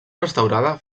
restaurada